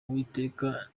uwiteka